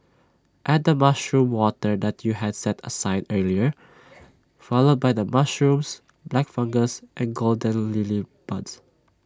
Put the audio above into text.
add the mushroom water that you had set aside earlier followed by the mushrooms black fungus and golden lily buds